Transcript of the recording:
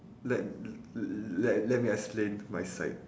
let let let me explain my side